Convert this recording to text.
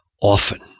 often